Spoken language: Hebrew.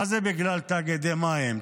מה זה בגלל תאגידי המים,